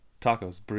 tacos